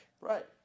right